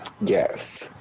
Yes